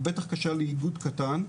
היא בטח קשה לאיגוד קטן,